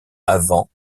avant